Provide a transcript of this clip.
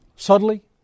Subtly